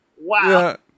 Wow